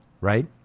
Right